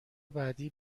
بعدی